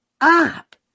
up